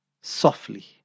softly